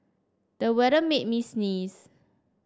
the weather made me sneeze